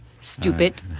stupid